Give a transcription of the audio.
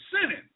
sinning